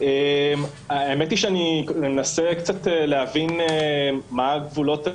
האמת היא שאני מנסה קצת להבין מה גבולות,